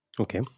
okay